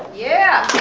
yeah.